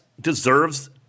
deserves